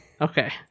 Okay